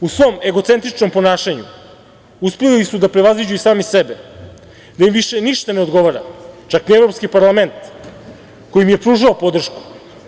U svom egocentričnom ponašanju uspeli su da prevaziđu i sami sebe, da im više ništa ne odgovara, čak ni Evropski parlament, koji im je pružao podršku.